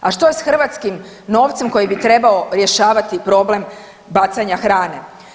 A što je s hrvatskim novcem koji bi trebao rješavati problem bacanja hrane?